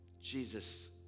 Jesus